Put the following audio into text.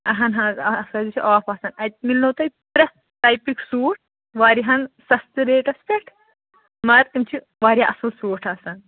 اَہَن حظ آتھوارِ دۅہ چھُ آف آسان اَتہِ میلنو تۅہہِ پرٛتھ ٹایپٕکۍ سوٗٹ واریاہَن سَستہٕ ریٚٹس پیٚٹھ مگر تِم چھِ واریاہ اصٕل سوٗٹ آسان